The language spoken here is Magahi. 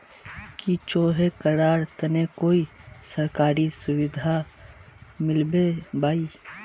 की होचे करार तने कोई सरकारी सुविधा मिलबे बाई?